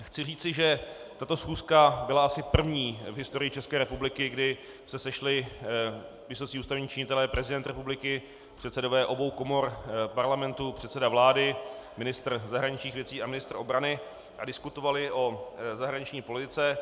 Chci říci, že tato schůzka byla asi první v historii České republiky, kdy se sešli vysocí ústavní činitelé, prezident republiky, předsedové obou komor Parlamentu, předseda vlády, ministr zahraničních věcí a ministr obrany, a diskutovali o zahraniční politice.